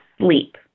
sleep